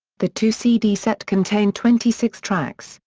the two cd set contained twenty six tracks,